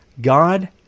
God